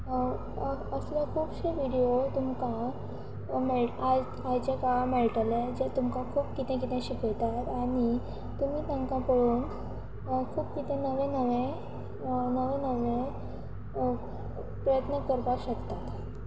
असले खुबशे व्हिडियो तुमकां आयचे काळांत मेळटले जे तुमकां खूब कितें कितें शिकयतात आनी तुमी तांकां पळोवन खूब कितें नवें नवें नवें नवें प्रयत्न करपाक शकतात